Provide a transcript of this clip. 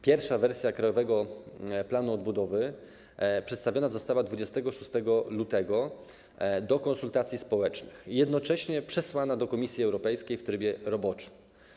Pierwsza wersja Krajowego Planu Odbudowy przedstawiona została 26 lutego do konsultacji społecznych, a jednocześnie przesłana do Komisji Europejskiej w trybie roboczym.